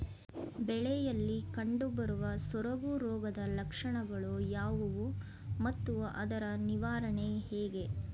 ಬೆಳೆಯಲ್ಲಿ ಕಂಡುಬರುವ ಸೊರಗು ರೋಗದ ಲಕ್ಷಣಗಳು ಯಾವುವು ಮತ್ತು ಅದರ ನಿವಾರಣೆ ಹೇಗೆ?